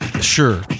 sure